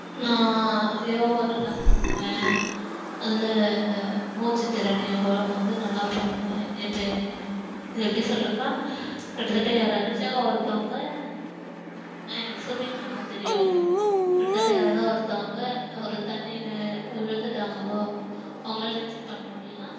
நான் யோகா நல்லா பண்ணுவேன் அதில் மூச்சுத்திறனு வந்து நல்லா பண்ணுவேன் எப்பே எப்படி சொல்வதுனா கிட்டத்தட்ட யாராச்சும் ஒருத்தங்க எனக்கு சும்மிங் நல்லா தெரியும் கிட்டத்தட்ட யாராவது ஒருத்தவங்க ஒரு தண்ணியில் விழுந்துவிட்டாங்களோ அவங்களால் நீச்சல் பண்ண முடியல்னா